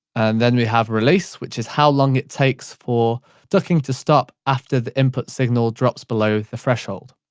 and then we have release, which is how long it takes for ducking to stop after the input signal drops below the threshold.